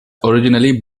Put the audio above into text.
originally